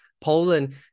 Poland